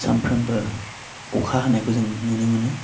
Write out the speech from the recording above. सानफ्रोमबो अखा हानायखौ जों नुनो मोनो